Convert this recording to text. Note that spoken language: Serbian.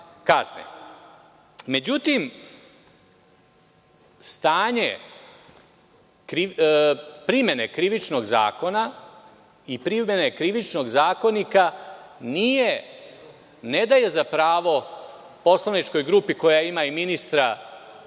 kazne.Međutim, stanje primene Krivičnog zakona i primene Krivičnog zakonika ne daje za pravo poslaničkoj grupi koja ima i ministra